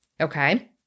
Okay